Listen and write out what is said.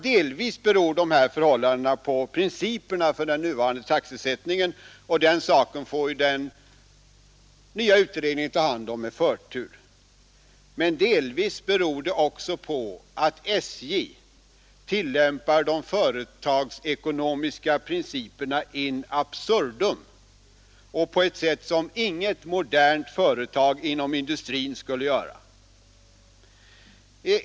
Delvis beror detta förhållande på principerna för den nuvarande taxesättningen, och den saken får den nya utredningen ta hand om — med förtur. Men delvis beror det också på att SJ tillämpar de företagsekonomiska principerna in absurdum och på ett sätt som inget modernt företag inom industrin skulle göra.